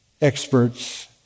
experts